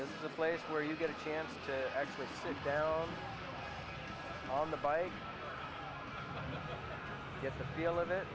the place where you get a chance to actually sit down on the bike get the feel of it